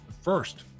first